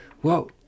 whoa